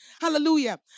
hallelujah